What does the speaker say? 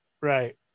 right